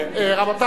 אנחנו עוברים,